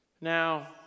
Now